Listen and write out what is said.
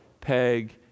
peg